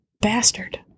Bastard